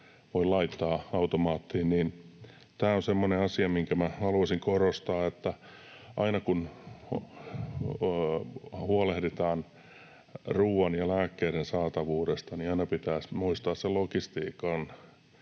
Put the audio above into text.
voi laittaa automaattiin. Tämä on semmoinen asia, mitä minä halusin korostaa, että aina kun huolehditaan ruoan ja lääkkeiden saatavuudesta, pitäisi muistaa se logistiikan